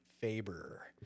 Faber